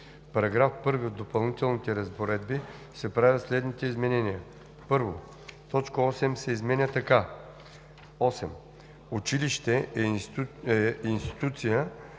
23. В § 1 от Допълнителните разпоредби се правят следните изменения: 1. Точка 8 се изменя така: „8. „Училище“ е институция